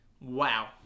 Wow